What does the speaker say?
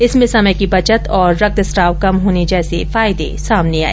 इसमें समय की बचत और रक्तस्त्राव कम होने जैसे फायदे सामने आए